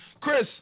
Chris